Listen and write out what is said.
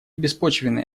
беспочвенные